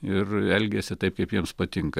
ir elgiasi taip kaip jiems patinka